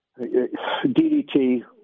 DDT